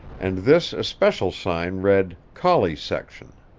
and this especial sign read collie section.